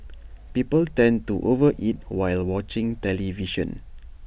people tend to over eat while watching television